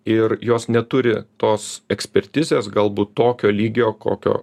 ir jos neturi tos ekspertizės galbūt tokio lygio kokio